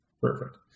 Perfect